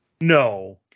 no